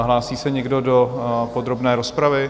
Hlásí se někdo do podrobné rozpravy?